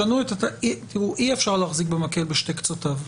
שנו את ה אי אפשר להחזיק את המקל בשני קצותיו,